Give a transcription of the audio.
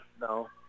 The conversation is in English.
no